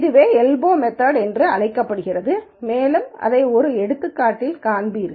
இதுவே elbow method என்று அழைக்கப்படுகிறது மேலும் இதை ஒரு எடுத்துக்காட்டில் காண்பீர்கள்